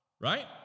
right